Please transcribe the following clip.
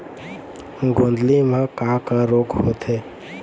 गोंदली म का का रोग आथे?